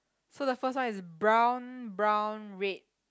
so the first one is brown brown red